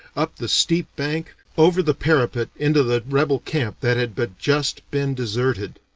up the steep bank, over the parapet into the rebel camp that had but just been deserted.